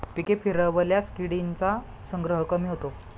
पिके फिरवल्यास किडींचा संग्रह कमी होतो